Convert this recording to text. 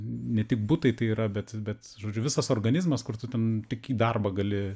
ne tik butai tai yra bet bet žodžiu visas organizmas kur tu ten tik į darbą gali